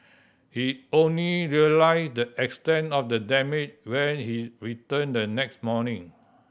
he only realised the extent of the damage when he returned the next morning